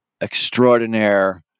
extraordinaire